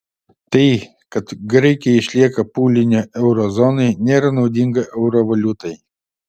tai kad graikija išlieka pūliniu euro zonai nėra naudinga euro valiutai